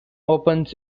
opens